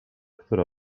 które